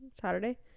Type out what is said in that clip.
saturday